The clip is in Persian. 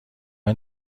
این